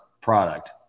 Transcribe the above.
product